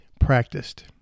practiced